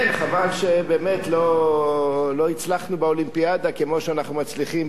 חבל באמת שלא הצלחנו באולימפיאדה כמו שאנחנו מצליחים פה,